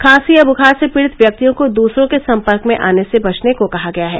खांसी या दुखार से पीडित व्यक्तियों को दुसरों के सम्पर्क में आने से बचने को कहा गया है